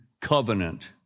covenant